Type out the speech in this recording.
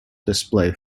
display